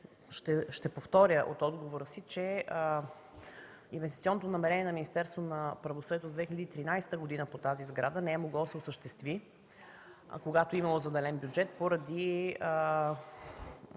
ще повторя от отговора си, че инвестиционното намерение на Министерството на правосъдието за 2013 г. по тази сграда не е могло да се осъществи, когато е имало заделен бюджет поради